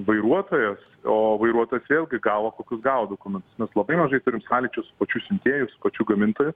vairuotojas o vairuotojas vėlgi gavo kokius gavo mes labai mažai turim sąlyčio su pačiu siuntėju su pačiu gamintoju